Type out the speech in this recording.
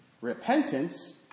Repentance